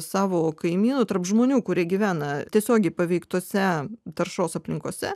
savo kaimynų tarp žmonių kurie gyvena tiesiogiai paveiktose taršos aplinkose